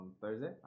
Thursday